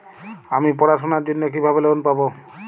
আমি পড়াশোনার জন্য কিভাবে লোন পাব?